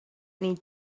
need